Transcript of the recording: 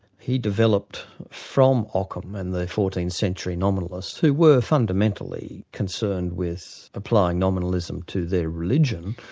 he developed from ockham and the fourteenth century nominalists, who were fundamentally concerned with applying nominalism to their religion,